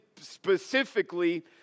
specifically